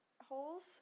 holes